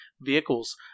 vehicles